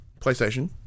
PlayStation